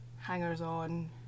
hangers-on